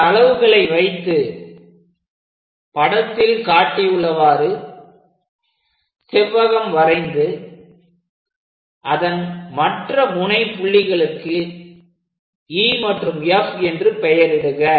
இந்த அளவுகளை வைத்து படத்தில் காட்டியுள்ளவாறு செவ்வகம் வரைந்து அதன் மற்ற முனை புள்ளிகளுக்கு E மற்றும் F என்று பெயரிடுக